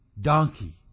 donkey